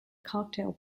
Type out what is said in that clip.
cocktail